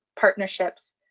partnerships